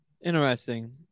Interesting